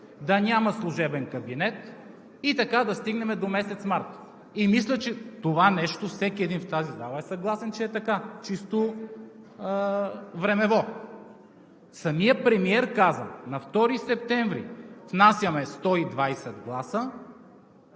да няма служебен кабинет и така да стигнем до месец март. Мисля, че с това нещо всеки един в тази зала е съгласен, че е така – чисто времево. Самият премиер каза: на втори септември внасяме 120 гласа